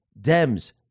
Dems